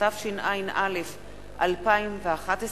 התשע"א 2011,